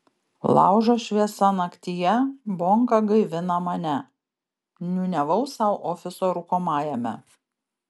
laužo šviesa naktyje bonka gaivina mane niūniavau sau ofiso rūkomajame